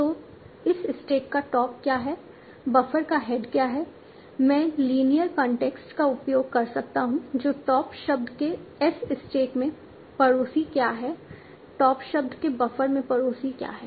तो इस स्टैक का टॉप क्या है बफर का हेड क्या है मैं लीनियर कांटेक्स्ट का उपयोग कर सकता हूं जो टॉप शब्द के S स्टैक में पड़ोसी क्या हैं टॉप शब्द के बफर में पड़ोसी क्या हैं